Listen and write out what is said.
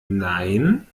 nein